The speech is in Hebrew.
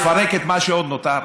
לפרק את מה שעוד נותר?